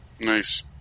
Nice